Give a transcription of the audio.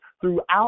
throughout